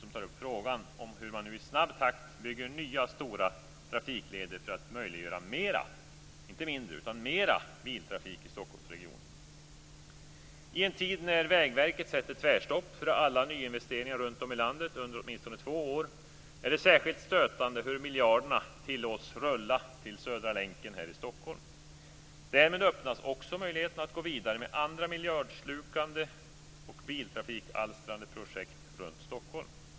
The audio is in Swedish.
Den tar upp detta med att man nu i snabb takt bygger nya stora trafikleder för att möjliggöra mer - inte mindre - biltrafik i I en tid när Vägverket sätter tvärstopp för alla nyinvesteringar runtom i landet under åtminstone två år är det särskilt stötande hur miljarderna tillåts rulla till Södra länken här i Stockholm. Därmed öppnas också möjligheten att gå vidare med andra miljardslukande och biltrafikalstrande projekt runt Stockholm.